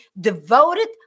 devoted